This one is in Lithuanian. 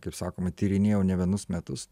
kaip sakoma tyrinėjau ne vienus metus